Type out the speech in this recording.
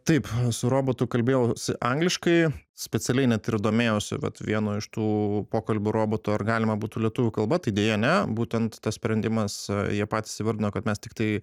taip su robotu kalbėjausi angliškai specialiai net ir domėjosi vat vieno iš tų pokalbių robotų ar galima būtų lietuvių kalba tai deja ne būtent tas sprendimas jie patys įvardino kad mes tiktai